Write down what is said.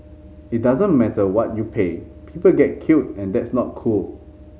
it doesn't matter what you pay people get killed and that's not cool